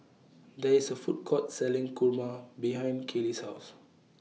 There IS A Food Court Selling Kurma behind Kaylie's House